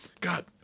God